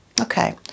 Okay